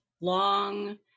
long